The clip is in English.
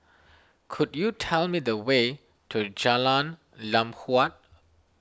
could you tell me the way to Jalan Lam Huat